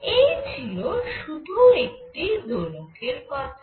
এই ছিল শুধু একটি দোলকের কথা